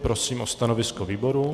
Prosím o stanovisko výboru.